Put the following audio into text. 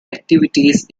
activities